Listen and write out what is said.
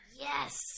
Yes